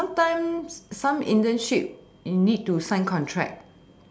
but sometimes some internship you need to sign contract